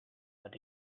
but